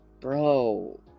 bro